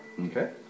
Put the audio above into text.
Okay